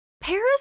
Paris